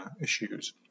issues